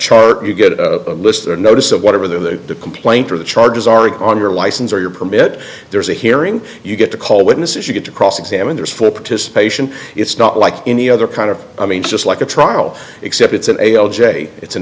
chart you get a list the notice of whatever the complaint or the charges are on your license or your permit there's a hearing you get to call witnesses you get to cross examine there's full participation it's not like any other kind of i mean just like a trial except it's an a l j it's an